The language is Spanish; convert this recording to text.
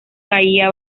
bahía